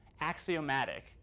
axiomatic